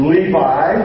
Levi